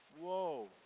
Whoa